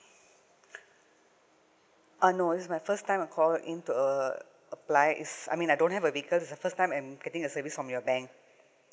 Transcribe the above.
uh no this is my first time I'm call in to uh apply this I mean I don't have a vehicle this is the first time I'm getting a service from your bank